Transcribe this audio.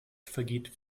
vergeht